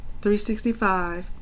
365